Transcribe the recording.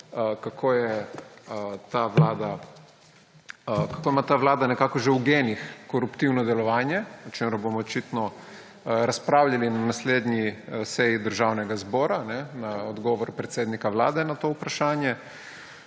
mnogih dokazov, kako ima ta vlada nekako že v genih koruptivno delovanje, o čemer bomo očitno razpravljali na naslednji seji Državnega zbora, o odgovoru predsednika Vlade na to vprašanje,